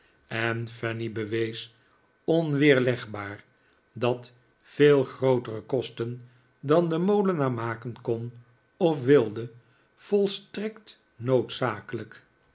en fanny bewees onweerlegbaar dat veel grootere kosten dan de molenaar maken kan of wilde volstrekt noodzakelijk